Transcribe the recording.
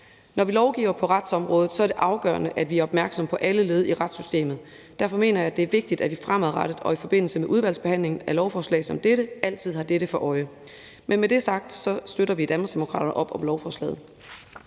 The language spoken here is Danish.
Når vi lovgiver på retsområdet, er det afgørende, at vi er opmærksomme på alle led i retssystemet. Derfor mener jeg, det er vigtigt, at vi fremadrettet og i forbindelse med udvalgsbehandlingen af lovforslag som dette altid har dette for øje. Med det sagt støtter vi i Danmarksdemokraterne op om lovforslaget.